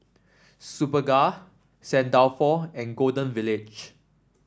Superga Saint Dalfour and Golden Village